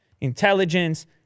intelligence